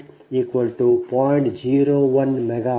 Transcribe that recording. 01 megawatt